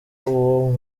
uwo